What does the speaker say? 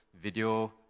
video